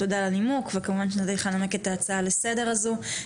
תודה על הנימוק וכמובן שניתן לך לנמק את ההצעה לסדר הזו.